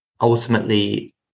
ultimately